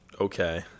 okay